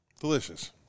Delicious